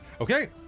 Okay